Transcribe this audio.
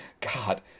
God